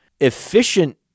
efficient